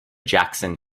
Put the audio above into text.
jackson